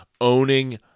owning